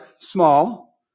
small